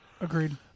Agreed